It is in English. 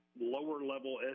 lower-level